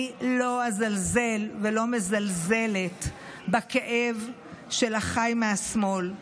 אני לא אזלזל ולא מזלזלת בכאב של אחיי מהשמאל.